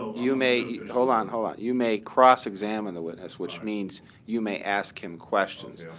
so you may hold on. hold on. you may cross-examine the witness, which means you may ask him questions.